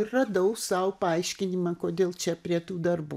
ir radau sau paaiškinimą kodėl čia prie tų darbų